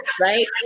right